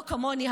לא כמוני,